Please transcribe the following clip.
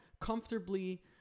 comfortably